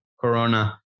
Corona